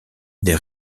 des